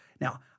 Now